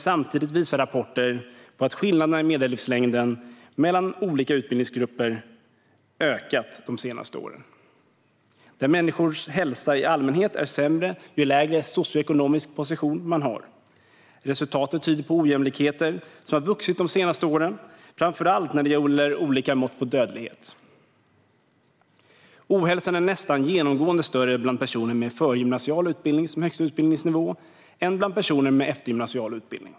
Samtidigt visar rapporter att skillnaderna i medellivslängd mellan olika utbildningsgrupper har ökat de senaste åren. Människors hälsa i allmänhet är sämre ju lägre socioekonomisk position man har. Resultaten tyder på ojämlikheter som har vuxit de senaste åren, framför allt när det gäller olika mått på dödlighet. Ohälsan är nästan genomgående större bland personer med förgymnasial utbildning som högsta utbildningsnivå än bland personer med eftergymnasial utbildning.